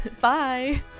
Bye